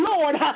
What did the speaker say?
Lord